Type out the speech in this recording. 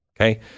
Okay